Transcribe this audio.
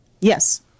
Yes